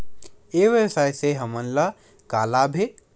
ई व्यवसाय से हमन ला का लाभ हे?